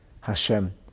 Hashem